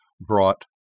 brought